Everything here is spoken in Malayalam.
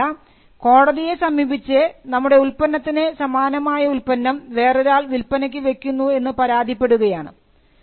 മറ്റൊന്നുമല്ല കോടതിയെ സമീപിച്ചു നമ്മുടെ ഉൽപ്പന്നത്തിന് സമാനമായ ഉൽപ്പന്നം വേറൊരാൾ വിൽപ്പനയ്ക്ക് വെക്കുന്നു എന്ന് പരാതിപ്പെടുകയാണ്